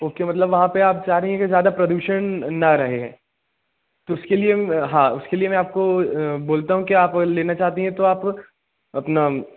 okay मतलब वहाँ पर आप चाह रहीं हैं कि ज़्यादा प्रदूशन ना रहे तो उसके लिए हाँ उसके लिए मैं आपको बोलता हूँ कि आप लेना चाहती हैं तो आप आपना